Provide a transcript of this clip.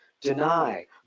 deny